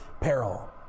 peril